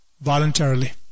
voluntarily